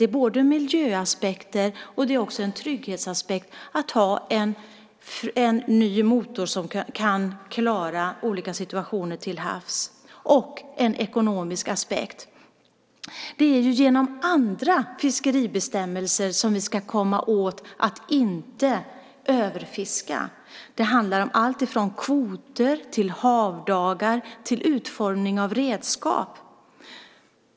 Det finns både miljöaspekter och en trygghetsaspekt i att ha en ny motor som kan klara olika situationer till havs. Och det finns en ekonomisk aspekt. Det är ju genom andra fiskeribestämmelser som vi ska komma åt överfisket. Det handlar om alltifrån kvoter till havdagar och till utformning av redskap.